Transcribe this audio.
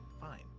fine